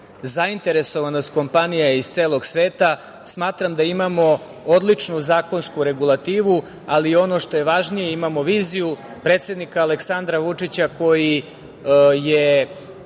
zainteresovanost kompanija iz celog sveta. Smatram da imamo odličnu zakonsku regulativu, ali ono što je važnije, imamo viziju predsednika Aleksandra Vučića koji je